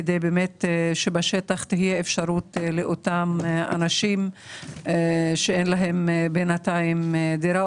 כדי שבאמת בשטח תהיה אפשרות לאותם אנשים שאין להם בינתיים דירה,